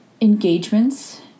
engagements